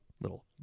little